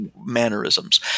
mannerisms